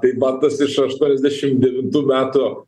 tai va tas iš aštuoniasdešim devintų metų